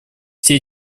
все